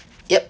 yup